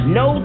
no